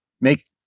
Make